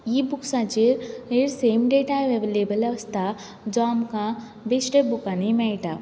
इ बूक्सांचेर same data available आसता जो आमकां बेश्टे बुकांनी मेळटा